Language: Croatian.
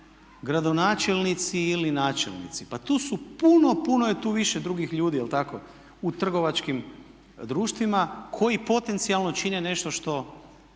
gradonačelnici ili načelnici. Pa tu su puno, puno je tu više drugih ljudi u trgovačkim društvima koji potencijalno čine nešto šta